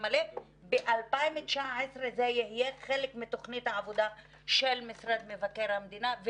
מלא אבל ב-2019 זה יהיה חלק מתוכנית העבודה של משרד מבקר המדינה.